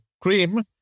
cream